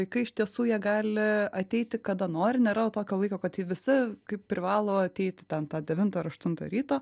vaikai iš tiesų jie gali ateiti kada nori nėra jau tokio laiko kad jie visi kaip privalo ateiti ten tą devintą ar aštuntą ryto